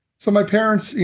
so my parents, yeah